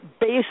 based